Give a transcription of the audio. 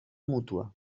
mútua